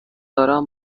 دارم